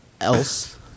else